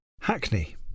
Hackney